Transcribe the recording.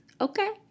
Okay